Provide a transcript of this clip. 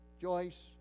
Joyce